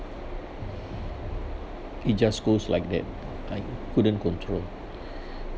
it just goes like that I couldn't control